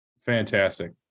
fantastic